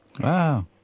Wow